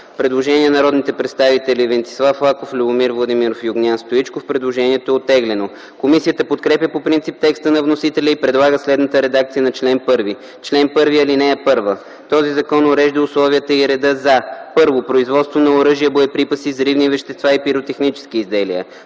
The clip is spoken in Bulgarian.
предложение на народните представители Венцислав Лаков, Любомир Владимиров и Огнян Стоичков. Предложението е оттеглено. Комисията подкрепя по принцип текста на вносителя и предлага следната редакция на чл. 1: „Чл. 1. (1) Този закон урежда условията и реда за: 1. производство на оръжия, боеприпаси, взривни вещества и пиротехнически изделия;